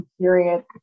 period